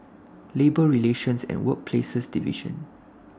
Labour Relations and Workplaces Division